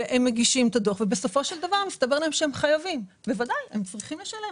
הם מגישים את הדוח ובסופו של דבר מסתבר להם שהם חייבים והם צריכים לשלם.